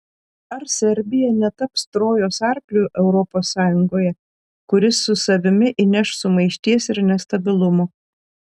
ar serbija netaps trojos arkliu europos sąjungoje kuris su savimi įneš sumaišties ir nestabilumo